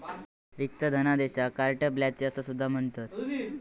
रिक्त धनादेशाक carte blanche असा सुद्धा म्हणतत